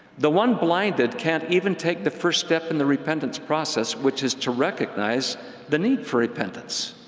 the one blinded can't even take the first step in the repentance process, which is to recognize the need for repentance.